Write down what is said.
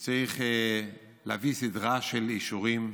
הוא צריך להביא סדרה של אישורים: